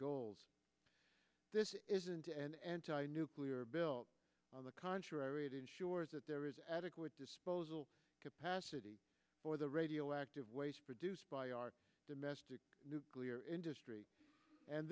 goals this isn't an anti nuclear bill on the contrary it ensures that there is adequate disposal capacity for the radioactive waste produced by our domestic nuclear industry and